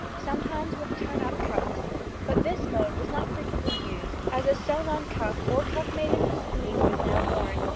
sometimes with turn-up cuffs but this mode was not frequently used, as a sewn-on cuff or cuff made in the sleeve was now worn,